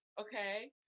okay